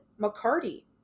McCarty